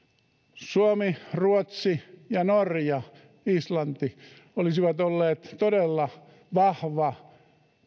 suomi ruotsi norja ja islanti olisivat olleet todella vahva